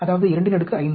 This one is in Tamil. அதாவது 25